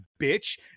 bitch